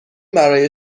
برای